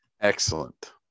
Excellent